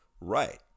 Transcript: Right